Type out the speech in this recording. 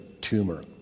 tumor